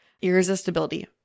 irresistibility